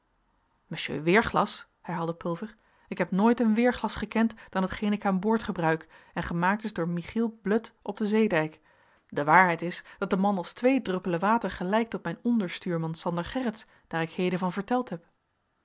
monsieur weerglas herhaalde pulver ik heb nooit een weerglas gekend dan hetgeen ik aan boord gebruik en gemaakt is door michiel blut op den zeedijk de waarheid is dat de man als twee druppelen water gelijkt op mijn onderstuurman sander gerritz daar ik heden van verteld heb